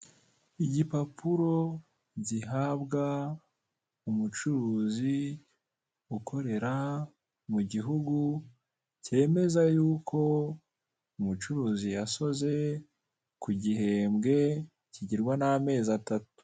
igipapuro gihabwa umucuruzi ukorera mu gihugu cyemeza y'uko umucuruzi yasoze ku gihembwe kigirwa n'amezi atatu.